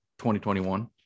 2021